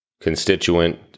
constituent